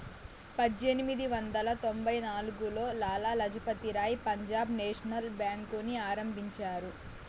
పజ్జేనిమిది వందల తొంభై నాల్గులో లాల లజపతి రాయ్ పంజాబ్ నేషనల్ బేంకుని ఆరంభించారు